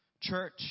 church